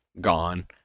gone